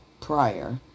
prior